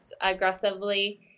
aggressively